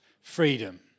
freedom